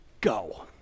Go